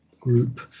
group